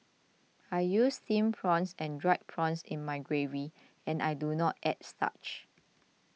I use Steamed Prawns and Dried Prawns in my gravy and I do not add starch